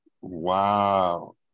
Wow